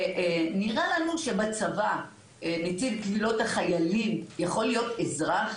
האם ייתכן שבצבא נציב קבילות החיילים יכול להיות אזרח?